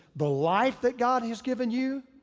the life that god has given you,